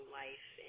life